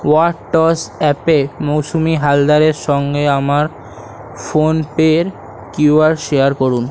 WhatsApp অ্যাপে মৌসুমি হালদারের সঙ্গে আমার ফোন পের কিউআর শেয়ার করুন